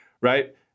right